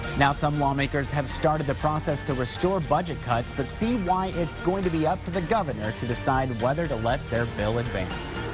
now some lawmakers have started the process to restore budget cuts. but see why it's going to be up to the governor to decide whether to let their bill ah